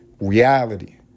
reality